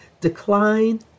decline